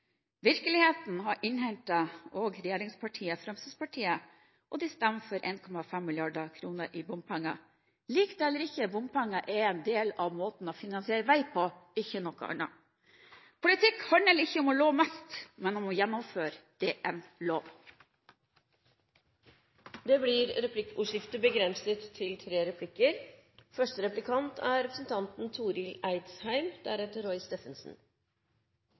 Virkeligheten har innhentet også regjeringspartiet Fremskrittspartiet, og de stemmer for 1,5 mrd. kr i bompenger. Lik det eller ikke, bompenger er en del av måten å finansiere vei på, ikke noe annet. Politikk handler ikke om å love mest, men om å gjennomføre det en lover. Det blir replikkordskifte.